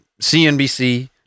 CNBC